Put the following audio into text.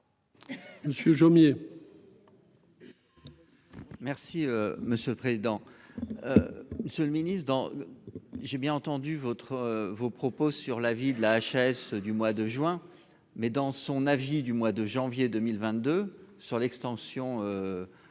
Monsieur Jomier. Merci monsieur le président, Monsieur le Ministre dans j'ai bien entendu votre vos propos sur l'avis de la HAS du mois de juin, mais dans son avis du mois de janvier 2022 sur l'extension des